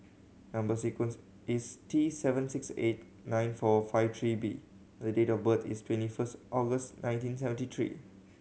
number sequence is T seven six eight nine four five three B the date of birth is twenty first August nineteen seventy three